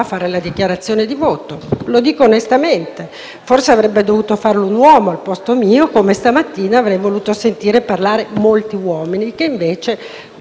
Forse avrebbe dovuto farla un uomo al posto mio e, allo stesso modo, stamattina avrei voluto sentire parlare molti uomini, che invece, tolte alcune eccezioni, non ho sentito.